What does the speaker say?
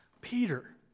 Peter